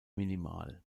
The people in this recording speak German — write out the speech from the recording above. minimal